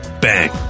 Bang